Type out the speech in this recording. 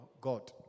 God